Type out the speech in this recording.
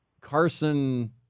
Carson